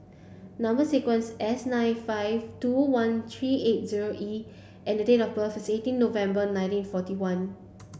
number sequence S nine five two one three eight zero E and date of birth is eighteen November nineteen forty one